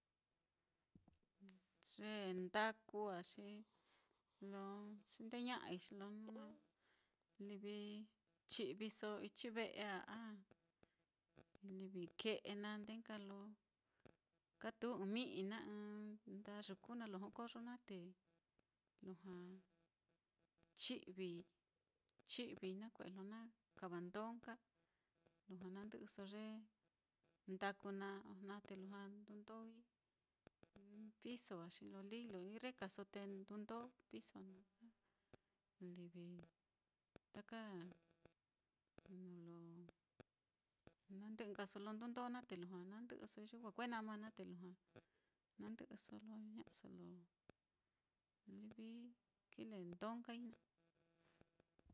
Ye ndaku á, xi lo xindeña'ai, xi lo livi chi'viso ichi ve'e á, a ke'e naá ndee nka lo katu ɨ́ɨ́n mi'i naá, ɨ́ɨ́n nda yuku naá lo jokoyo naá te lujua chi'vi, chi'vii nakue'e lo na kava ndó nka, lujua na ndɨ'ɨso ye ndaku naá, ojna te lujua ndundói nuu piso á, xi lo líi lo irrekaso te ndundó piso naá, livi taka nuu lo nandɨ'ɨ nkaso lo ndundó naá, te lujua nandɨ'ɨso ye kue nama te lujua nandɨ'ɨso lo ña'aso lo livi kile ndó nkai naá.